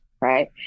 right